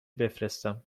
بفرستم